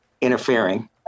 interfering